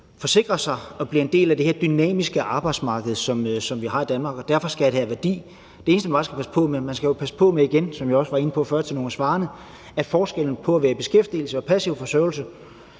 forsikrer sig og bliver en del af det her dynamiske arbejdsmarked, som vi har i Danmark, og derfor skal det have værdi. Det eneste, man bare skal sikre sig, er, som jeg også var inde på tidligere, at forskellen på at være i beskæftigelse og på passiv forsørgelse